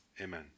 Amen